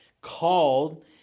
called